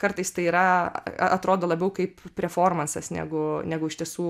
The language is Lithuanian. kartais tai yra atrodo labiau kaip preformansas negu negu iš tiesų